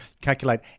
calculate